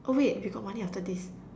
oh wait we got money after this